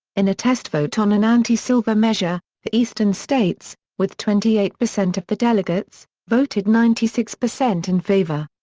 in a test vote on an anti-silver measure, the eastern states, with twenty eight percent of the delegates, voted ninety six percent in favor.